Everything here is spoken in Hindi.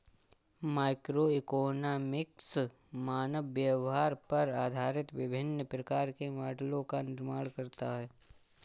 माइक्रोइकोनॉमिक्स मानव व्यवहार पर आधारित विभिन्न प्रकार के मॉडलों का निर्माण करता है